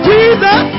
Jesus